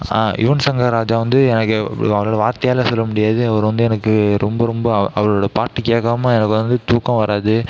யுவன் சங்கர் ராஜா வந்து எனக்கு அவரை வார்த்தையால் சொல்ல முடியாது அவர் வந்து எனக்கு ரொம்ப ரொம்ப அ அவரோட பாட்டு கேக்காமல் எனக்கு வந்து தூக்கம் வராது